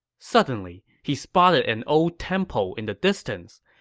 suddenly, he spotted an old temple in the distance.